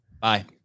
Bye